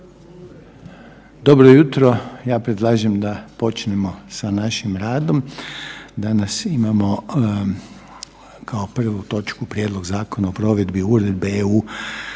Dobro jutro, ja predlažem da počnemo sa našim radom. Danas imamo kao prvu točku: - Prijedlog Zakona o provedbi Uredbe EU